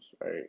right